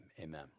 Amen